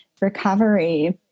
recovery